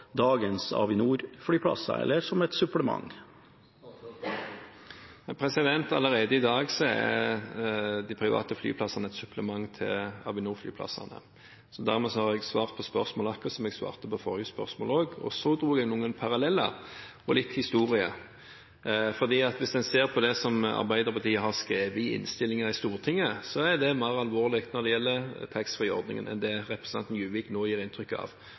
dagens Avinor-flyplasser, eller skal det være et supplement? Allerede i dag er de private flyplassene et supplement til Avinor-flyplassene. Dermed har jeg svart på spørsmålet, akkurat som jeg også svarte på forrige spørsmål. Jeg dro noen paralleller og litt historie, for hvis en ser på det Arbeiderpartiet har skrevet i innstillingen til Stortinget, er det mer alvorlig når det gjelder taxfree-ordningen, enn det representanten Juvik nå gir inntrykk av.